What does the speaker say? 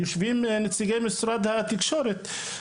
יושבים נציגי משרד התקשורת ויודעים